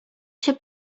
się